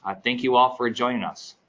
ah thank you all for joining us.